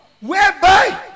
whereby